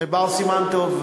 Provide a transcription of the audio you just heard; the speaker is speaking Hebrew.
בר סימן טוב,